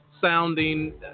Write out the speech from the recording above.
sounding